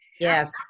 yes